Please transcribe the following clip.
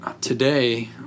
today